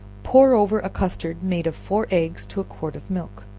pour over a custard made of four eggs to a quart of milk,